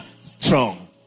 strong